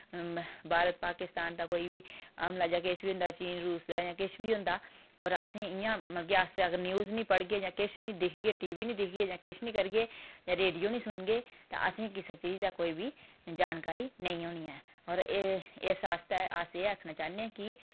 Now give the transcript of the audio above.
भारत पाकिस्तान दा कोई बी अमला जां किश बी होंदा चीन रूस जां किश बी होंदा और असें मतलब अगर अस न्यूज निं पढ़गे जां किश नां दिखगे टीवी दिखगे जां किश निं करगे जां रेडियो निं सुनगे तां असें कुसै चीज दा कोई बी जानकारी नेईं होनी ऐ और इस आस्तै अस एह् आक्खना चाह्न्नें आं कि